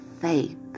faith